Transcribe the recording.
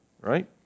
right